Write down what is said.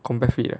combat fit ah